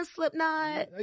Slipknot